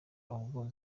ubwo